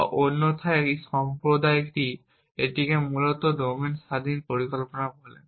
বা অন্যথায় এই সম্প্রদায়টি এটিকে মূলত ডোমেন স্বাধীন পরিকল্পনা বলে